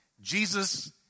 Jesus